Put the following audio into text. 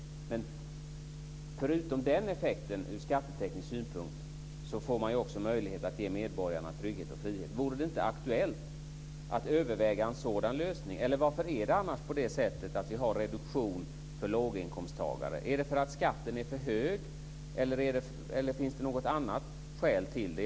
Förutom den effekten ur skatteteknisk synpunkt får man möjlighet att ge medborgarna trygghet och frihet. Vore det inte aktuellt att överväga en sådan lösning? Varför är det annars så att vi har reduktion för låginkomsttagare? Är det för att skatten är för hög, eller finns det något annat skäl?